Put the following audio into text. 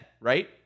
right